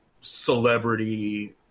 celebrity